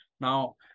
Now